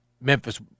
Memphis